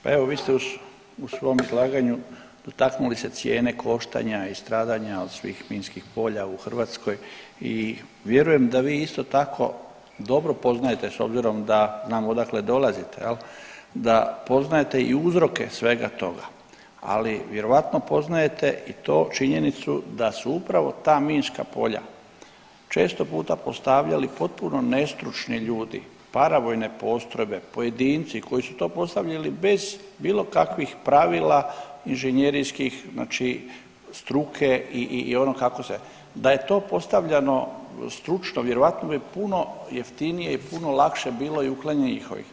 Pa evo vi ste u svom izlaganju dotaknuli se cijene koštanja i stradanja od svih minskih polja u Hrvatskoj i vjerujem da vi isto tako, dobro poznajete, s obzirom da znam odakle dolazite, je li, da poznajete i uzroke svega toga, ali vjerovatno poznate i to, činjenicu da su upravo ta minska polja često puta postavljali potpuno nestručni ljudi, paravojne postrojbe, pojedinci koji su to postavljali bez bilo kakvih pravila inženjerijskih, znači struke i ono kako se, da je to postavljano stručno, vjerovatno bi puno jeftinije i puno lakše bilo i uklanjanje njihovih.